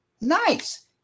nice